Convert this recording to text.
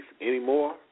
anymore